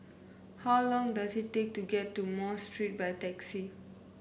how long does it take to get to Mosque Street by taxi